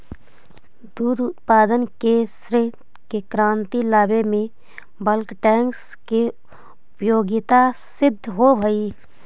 दुध उत्पादन के क्षेत्र में क्रांति लावे में बल्क टैंक के उपयोगिता सिद्ध होवऽ हई